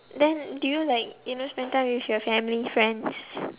then do you like you know spend time with your family friends